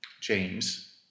James